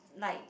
like